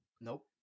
Nope